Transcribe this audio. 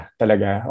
talaga